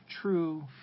true